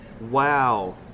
Wow